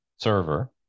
server